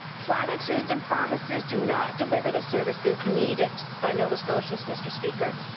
platitudes and promises do not deliver the services needed by nova scotians, mr. speaker.